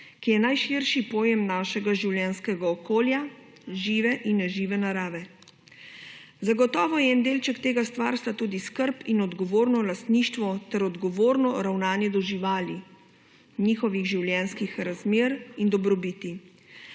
ki je najširši pojem našega življenjskega okolja, žive in nežive narave. Zagotovo je eden delček tega stvarstva tudi skrb in odgovorno lastništvo ter odgovorno ravnanje do živali, njihovih življenjskih razmer in dobrobiti.